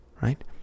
Right